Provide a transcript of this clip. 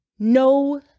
No